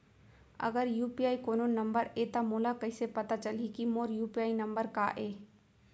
अगर यू.पी.आई कोनो नंबर ये त मोला कइसे पता चलही कि मोर यू.पी.आई नंबर का ये?